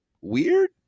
weird